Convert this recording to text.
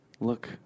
look